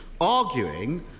arguing